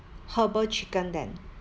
herbal chicken then